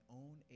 own